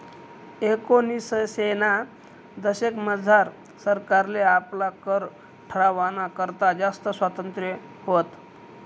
एकोनिसशेना दशकमझार सरकारले आपला कर ठरावाना करता जास्त स्वातंत्र्य व्हतं